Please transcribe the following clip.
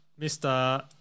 Mr